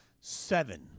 seven